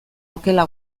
okela